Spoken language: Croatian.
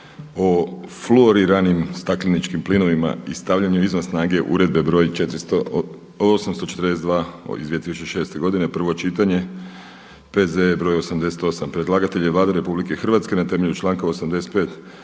o fluoriranim stakleničkim plinovima i stavljanju izvan snage Uredbe (EZ) br. 842/2006, prvo čitanje, P.Z.E. br. 88 Predlagatelj je Vlada Republike Hrvatske. Na temelju članka 85.